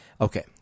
Okay